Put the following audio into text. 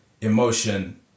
emotion